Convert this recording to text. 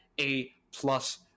A-plus